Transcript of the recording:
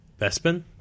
Bespin